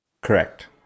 Correct